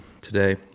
today